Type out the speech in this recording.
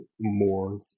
more